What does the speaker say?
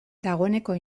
dagoeneko